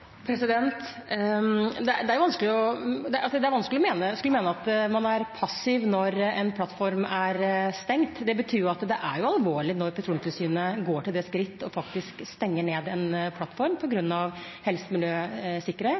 Det er vanskelig å skulle mene at man er passiv når en plattform er stengt. Det betyr jo at det er alvorlig når Petroleumstilsynet går til det skrittet og faktisk stenger ned en plattform på grunn av helse,